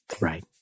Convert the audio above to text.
Right